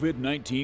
COVID-19